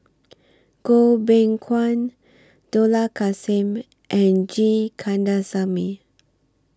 Goh Beng Kwan Dollah Kassim and G Kandasamy